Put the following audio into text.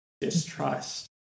distrust